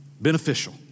beneficial